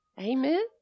Amen